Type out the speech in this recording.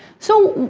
so,